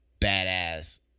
badass